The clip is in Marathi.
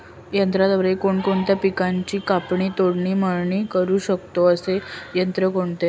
यंत्राद्वारे कोणकोणत्या पिकांची कापणी, तोडणी, मळणी करु शकतो, असे यंत्र कोणते?